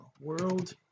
world